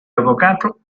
avvocato